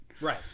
Right